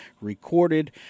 recorded